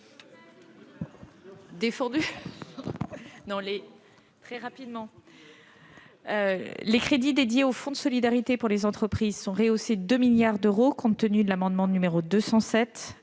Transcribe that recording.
Mme la secrétaire d'État. Les crédits dédiés au fonds de solidarité pour les entreprises sont rehaussés de 2 milliards d'euros, compte tenu de l'amendement n° 207.